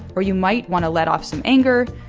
or you might want to let off some anger.